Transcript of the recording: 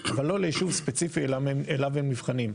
אבל לא לישוב ספציפי אליו הם נבחנים.